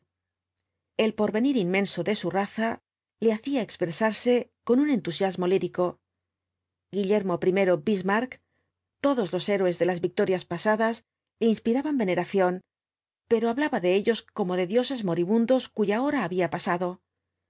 el porvenir inmenso de su raza le hacía expresarse con un entusiasmo lírico gruillermo i bismarck todos los héroes de las victorias pasadas le inspiraban veneración pero hablaba de ellos como de dioses moribun v blao ibáñkz dos cuya hora había pasado